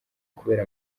kubera